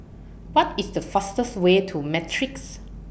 What IS The fastest Way to Matrix